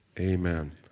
Amen